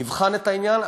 נבחן את העניין.